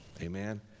Amen